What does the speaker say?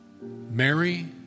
Mary